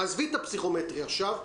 עזבי את הפסיכומטרי עכשיו,